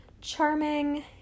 charming